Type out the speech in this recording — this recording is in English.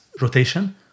rotation